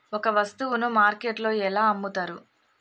ఒక వస్తువును మార్కెట్లో ఎలా అమ్ముతరు?